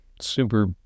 super